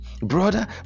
brother